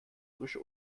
frische